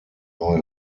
neue